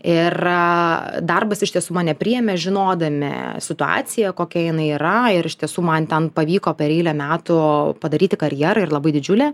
ir darbas iš tiesų mane priėmė žinodami situaciją kokia jinai yra ir iš tiesų man ten pavyko per eilę metų padaryti karjerą ir labai didžiulę